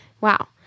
Wow